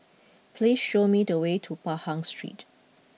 please show me the way to Pahang Street